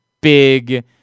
big